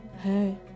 hey